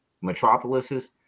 metropolises